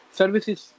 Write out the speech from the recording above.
services